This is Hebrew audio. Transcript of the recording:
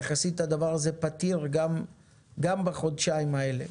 ויחסית הדבר הזה פתיר גם בחודשיים האלה.